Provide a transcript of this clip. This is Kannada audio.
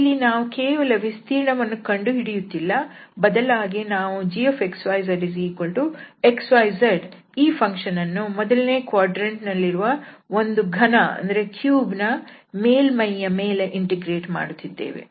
ಇಲ್ಲಿ ನಾವು ಕೇವಲ ವಿಸ್ತೀರ್ಣ ವನ್ನು ಕಂಡುಹಿಡಿಯುತ್ತಿಲ್ಲ ಬದಲಾಗಿ ನಾವು gxyzxyz ಈ ಫಂಕ್ಷನ್ ಅನ್ನು ಮೊದಲನೇ ಕ್ವಾಡ್ರಂಟ್ ನಲ್ಲಿರುವ ಒಂದು ಘನದ ಮೇಲ್ಮೈಯ ಮೇಲೆ ಇಂಟಿಗ್ರೇಟ್ ಮಾಡುತ್ತಿದ್ದೇವೆ